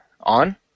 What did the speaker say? on